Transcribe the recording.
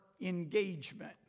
engagement